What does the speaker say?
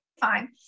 fine